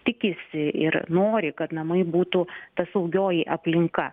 tikisi ir nori kad namai būtų ta saugioji aplinka